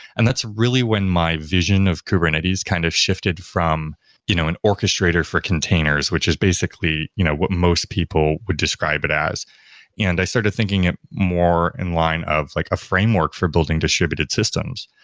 and that's really when my vision of kubernetes kind of shifted from you know an orchestrator for containers, which is basically you know what most people would describe it as and i started thinking it more in line of like a framework for building distributed systems.